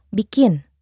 bikin